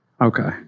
Okay